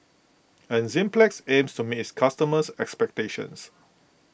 Enzyplex aims to meet its customers' expectations